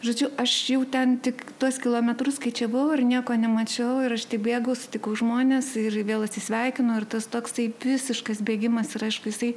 žodžiu aš jau ten tik tuos kilometrus skaičiavau ir nieko nemačiau ir aš taip bėgau sutikau žmones ir vėl atsisveikinau ir tas toksai visiškas bėgimas ir aišku jisai